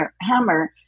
Hammer